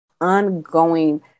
ongoing